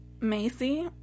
Macy